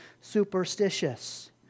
superstitious